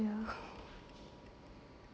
yeah